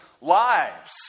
lives